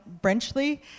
Brenchley